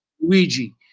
Luigi